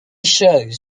shows